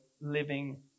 living